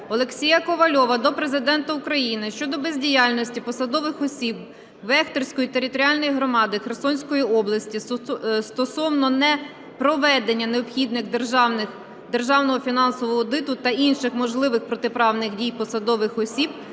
Олексія Ковальова до Президента України щодо бездіяльності посадових осіб Бехтерської територіальної громади Херсонської області стосовно непроведення необхідного державного фінансового аудиту та інших можливих протиправних дій посадових осіб